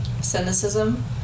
cynicism